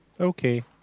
okay